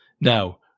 Now